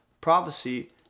prophecy